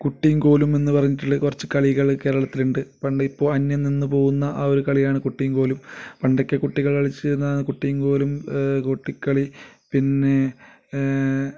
കുട്ടിയും കോലും എന്ന് പറഞ്ഞിട്ടുള്ള കുറച്ച് കളികൾ കേരളത്തിൽ ഉണ്ട് പണ്ട് ഇപ്പോൾ അന്യംനിന്ന് പോകുന്ന ആ ഒരു കളിയാണ് കുട്ടിയും കോലും പണ്ടൊക്കെ കുട്ടികൾ കളിച്ചിരുന്ന കുട്ടിയും കോലും കോട്ടിക്കളി പിന്നെ